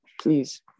Please